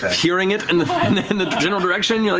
hearing it in the in the general direction, you're